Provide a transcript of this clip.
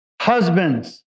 Husbands